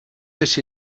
sit